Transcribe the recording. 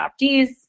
adoptees